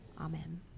Amen